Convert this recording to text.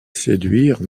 séduire